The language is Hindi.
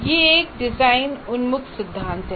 यह एक डिजाइन उन्मुख सिद्धांत है